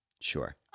Sure